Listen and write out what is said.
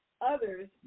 others